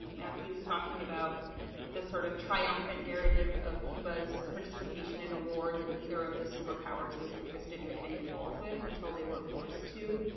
matthew is talking about the sort the triumphant narrative of cuba's participation in a war that neither of the superpowers was interested in getting involved with until they were forced to.